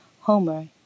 Homer